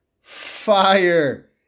fire